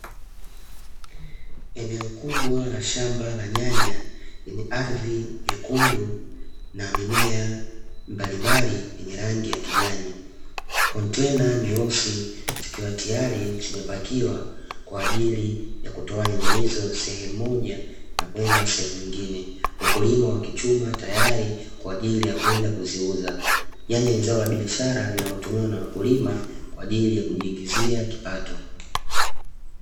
Eneo kubwa la shamba la nyanya lenye ardhi nyekundu na mimea mbalimbali yenye rangiya kijani. Kontena nyeusi zikiwa tayari zimepakiwa kwaajili ya kutoa nyanya hizo sehemu moja na kwenda sehemu nyingine. Wakulima wakichuma tayari kwaajili ya kwenda kuziuza. Nyanya ni zao la biashara linalotumiwa na wakulima kwaajili ya kujiiingizia kipato.